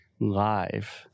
live